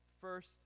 first